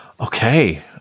Okay